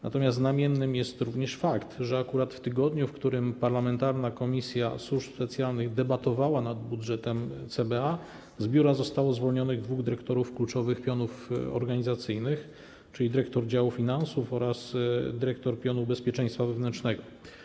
Natomiast znamienny jest fakt, że akurat w tygodniu, w którym parlamentarna Komisja do Spraw Służb Specjalnych debatowała nad budżetem CBA, z biura zostało zwolnionych dwóch dyrektorów kluczowych pionów organizacyjnych, czyli dyrektor działu finansów oraz dyrektor pionu bezpieczeństwa wewnętrznego.